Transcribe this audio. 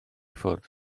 ffwrdd